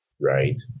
right